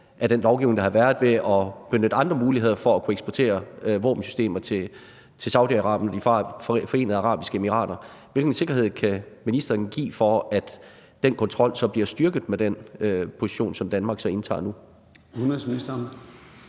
af den lovgivning, der har været, ved at benytte andre muligheder for at kunne eksportere våbensystemer til Saudi-Arabien og De Forenede Arabiske Emirater. Hvilken sikkerhed kan ministeren give for, at den kontrol så bliver styrket med den position, som Danmark indtager nu?